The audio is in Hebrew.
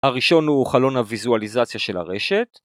הראשון הוא חלון הוויזואליזציה של הרשת.